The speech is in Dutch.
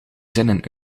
zinnen